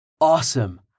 awesome